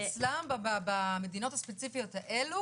במדינות הספציפיות האלה,